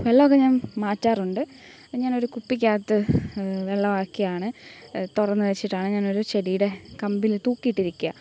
വെള്ളമൊക്കെ ഞാൻ മറ്റാറുണ്ട് ഞാനൊരു കുപ്പിക്കകത്ത് വെള്ളമാക്കിയാണ് തുറന്ന് വെച്ചിട്ടാണ് ഞാനൊരു ചെടിയുടെ കമ്പിൽ തൂക്കിയിട്ടിരിക്കുകയാ